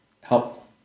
help